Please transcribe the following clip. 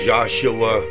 Joshua